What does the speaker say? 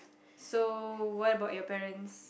so what about your parents